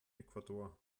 ecuador